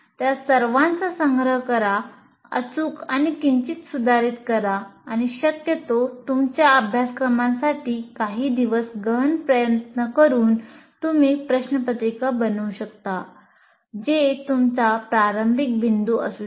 त्या सर्वांचा संग्रह करा अचूक आणि किंचित सुधारित करा आणि शक्यतो तुमच्या अभ्यासक्रमासाठी काही दिवस गहन प्रयत्न करून तुम्ही प्रश्नपत्रिका बनवू शकता जे तुमचा प्रारंभिक बिंदू असू शकतो